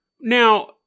Now